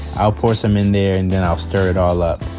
i'll pour some in there and and i'll stir it all up.